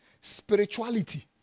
Spirituality